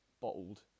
bottled